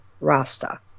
Rasta